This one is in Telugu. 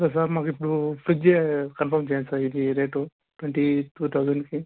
సరే సార్ మాకు ఇప్పుడు ఫ్రిడ్జ్ కన్ఫర్మ్ చేయండి సార్ ఇది ఈ రేటు ట్వంటి టూ థౌసండ్కి